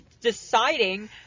deciding